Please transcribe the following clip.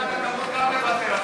גם לך יש הכבוד לוותר על זכות הדיבור.